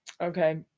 Okay